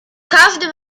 każdym